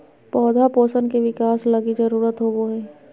पौधा पोषण के बिकास लगी जरुरत होबो हइ